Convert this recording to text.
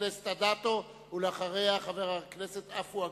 חברת הכנסת אדטו, ואחריה, חבר הכנסת עפו אגבאריה.